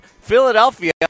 Philadelphia